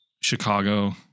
Chicago